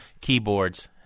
keyboards